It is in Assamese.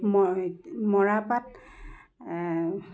মই মৰাপাট